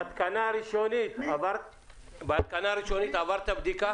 בהתקנה הראשונית עברת בדיקה?